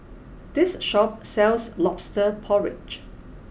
this shop sells Lobster Porridge